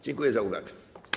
Dziękuję za uwagę.